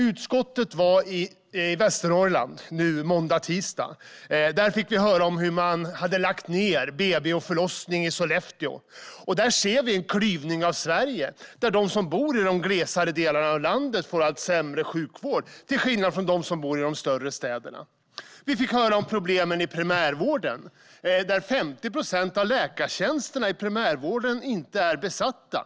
Utskottet var i Västernorrland i måndags och tisdags. Där fick vi höra om hur man lade ned BB och förlossningsavdelningen i Sollefteå. Här ser vi en klyvning av Sverige: De som bor i de glesbefolkade delarna av landet får allt sämre sjukvård, till skillnad från dem som bor i de större städerna. Vi fick höra om problemen i primärvården, där 50 procent av läkartjänsterna inte är besatta.